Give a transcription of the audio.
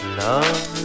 love